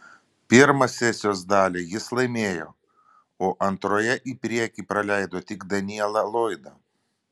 pirmą sesijos dalį jis laimėjo o antroje į priekį praleido tik danielą lloydą